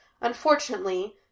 Unfortunately